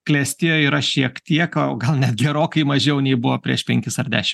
klestėjo yra šiek tiek gal net gerokai mažiau nei buvo prieš penkis ar dešimt